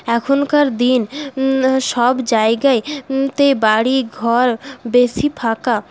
এখনকার দিন সব জায়গায় তে বাড়ি ঘর বেশী ফাঁকা